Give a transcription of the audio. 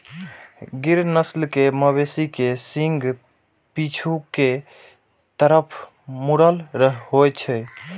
गिर नस्ल के मवेशी के सींग पीछू के तरफ मुड़ल होइ छै